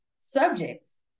subjects